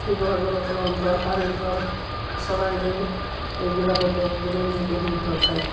শিৱসাগৰত ৰংঘৰ কাৰেংঘৰ চৰাইদেউ এইবিলাকতো বুৰঞ্জী প্ৰসিদ্ধ ঠাই